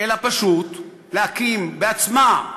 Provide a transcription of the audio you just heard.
אלא פשוט להקים בעצמה,